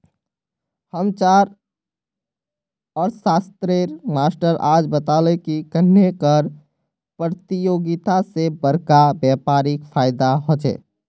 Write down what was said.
हम्चार अर्थ्शाश्त्रेर मास्टर आज बताले की कन्नेह कर परतियोगिता से बड़का व्यापारीक फायेदा होचे